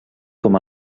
com